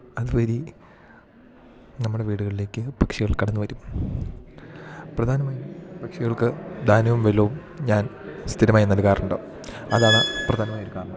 അത് വരി നമ്മുടെ വീടുകളിലേക്ക് പക്ഷികൾ കടന്ന് വരും പ്രധാനമായും പക്ഷികൾക്ക് ധാന്യവും വെള്ളവും ഞാൻ സ്ഥിരമായി നൽകാറുണ്ട് അതാണ് പ്രധാനമായൊരു കാരണം